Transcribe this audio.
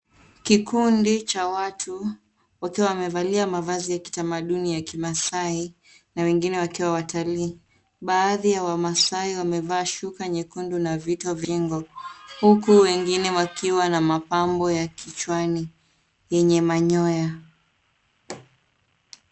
Kikundi cha watu wakiwa wamevalia mavazi ya kitamaduni ya Kimasai. Na wengine wakiwa watalii. Baadhi ya Wamasai wamevaa shuka nyekundu na vito vya shingo huku wengine wakiwa na mapambo ya kichwani yenye manyoya.